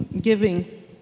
giving